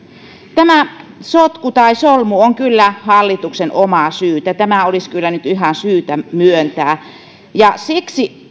tämä sotku tai solmu on kyllä hallituksen omaa syytä tämä olisi kyllä nyt ihan syytä myöntää siksi